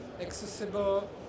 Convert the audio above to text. accessible